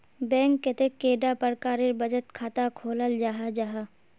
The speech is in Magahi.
बैंक कतेक कैडा प्रकारेर बचत खाता खोलाल जाहा जाहा?